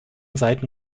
seiten